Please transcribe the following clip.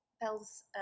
Bell's